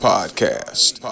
Podcast